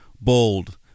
bold